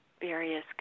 various